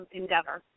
endeavor